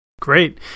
Great